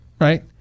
right